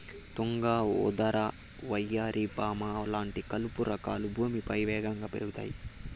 తుంగ, ఉదర, వయ్యారి భామ లాంటి కలుపు రకాలు భూమిపైన వేగంగా పెరుగుతాయి